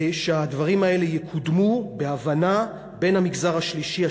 שהדברים האלה יקודמו בהבנה בין המגזר השלישי,